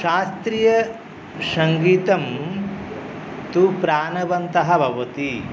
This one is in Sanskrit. शास्त्रीयसङ्गीतं तु प्राणवन्तः भवति